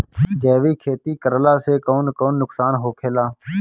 जैविक खेती करला से कौन कौन नुकसान होखेला?